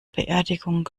beerdigung